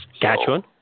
Saskatchewan